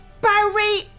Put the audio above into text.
Barry